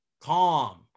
calm